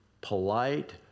polite